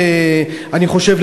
אני חושב,